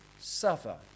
suffer